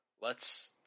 lets